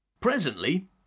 Presently